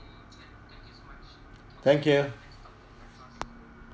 thank you